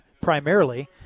primarily